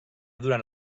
durant